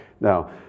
Now